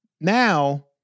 now